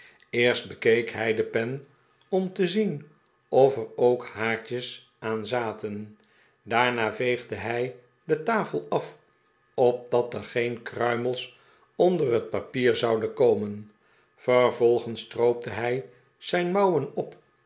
eerst bekeek hij de pen om te zien of er ook haartjes aan zaten daarna veegde hij de tafel af opdat er geen kruimels onder het papier zouden komen vervolgens stroopte hij zijn mouwen op